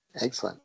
Excellent